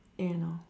you know